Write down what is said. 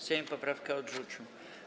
Sejm poprawkę odrzucił.